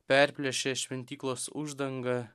perplėšė šventyklos uždangą